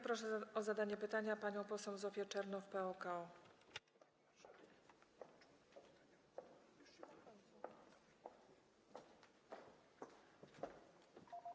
Proszę o zadanie pytania panią poseł Zofię Czernow, PO-KO.